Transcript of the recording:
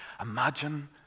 Imagine